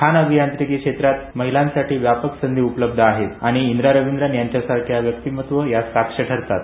खाण अभियांत्रिकी क्षेत्रात महिलांसाठी व्यापक संधी उपलब्ध आहेत आणि इंदिरा रविंद्रन यांच्यासारख्या व्यक्तिमत्त्व यास साक्ष ठरतात